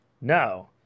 No